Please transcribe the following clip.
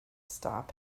stop